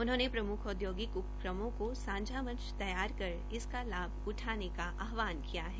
उन्होंने प्रमुख औद्योगिक उपक्रमों को सांझा मंच तैयार कर इसका लाभ उठाने का आहवान किया है